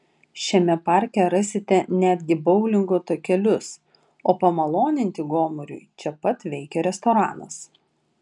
šiame parke rasite netgi boulingo takelius o pamaloninti gomuriui čia pat veikia restoranas